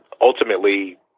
Ultimately